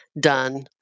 done